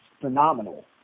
phenomenal